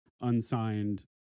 unsigned